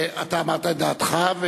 אתה אמרת את דעתך,